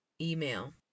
email